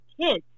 kids